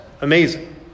amazing